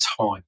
time